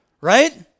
Right